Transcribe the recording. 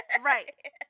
Right